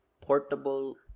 Portable